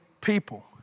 people